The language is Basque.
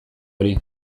hori